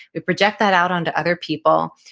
we project that out onto other people.